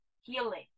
healing